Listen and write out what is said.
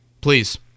Please